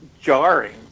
jarring